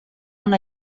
una